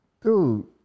dude